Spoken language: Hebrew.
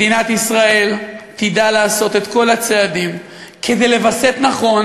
מדינת ישראל תדע לעשות את כל הצעדים כדי לווסת נכון